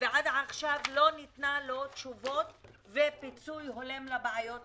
ועד עכשיו לא ניתנו לו תשובות ופיצוי הולם לבעיות שקיימות.